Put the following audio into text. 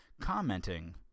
commenting